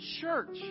church